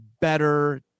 better